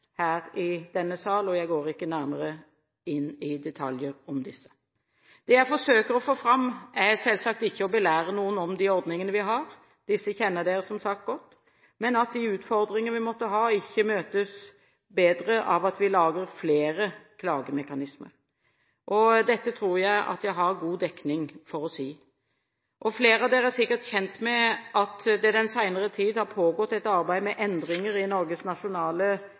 her i denne sal, og jeg går ikke nærmere inn i detaljer om disse. Det jeg forsøker å få fram – som selvsagt ikke er å belære noen om de ordningene vi har, dem kjenner alle, som sagt, godt – er at de utfordringer vi måtte ha, ikke møtes på en bedre måte hvis vi lager flere klagemekanismer. Dette tror jeg at jeg har god dekning for å si. Mange her er sikkert kjent med at det den senere tid har pågått et arbeid med endringer i Norges nasjonale